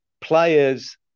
players